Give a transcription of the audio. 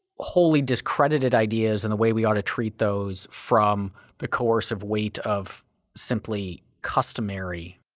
wholly discredited ideas and the way we ought to treat those from the coercive weight of simply customary.